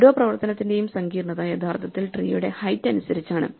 ഓരോ പ്രവർത്തനത്തിന്റെയും സങ്കീർണ്ണത യഥാർത്ഥത്തിൽ ട്രീയുടെ ഹൈറ്റ് അനുസരിച്ചാണ്